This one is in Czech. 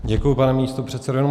Děkuji, pane místopředsedo.